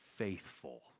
Faithful